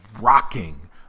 rocking